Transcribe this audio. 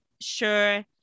Sure